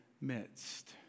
midst